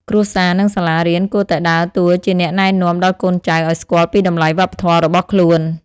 គ្រួសារនិងសាលារៀនគួរតែដើរតួជាអ្នកណែនាំដល់កូនចៅឲ្យស្គាល់ពីតម្លៃវប្បធម៌របស់ខ្លួន។